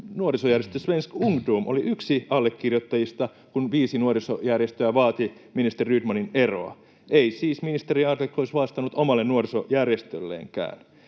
nuorisojärjestö Svensk Ungdom oli yksi allekirjoittajista, kun viisi nuorisojärjestöä vaati ministeri Rydmanin eroa. Ei siis ministeri Adlercreutz vastannut omalle nuorisojärjestölleenkään.